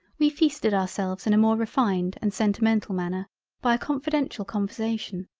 we feasted ourselves in a more refined and sentimental manner by a confidential conversation.